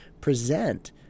present